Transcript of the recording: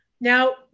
Now